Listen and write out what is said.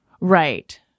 Right